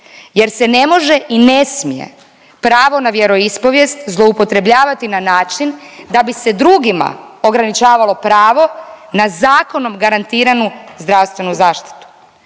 jer se ne može i ne smije pravo na vjeroispovijest zloupotrebljavati na način da bi se drugima ograničavalo pravo na zakonom garantiranu zdravstvenu zaštitu.